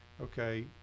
Okay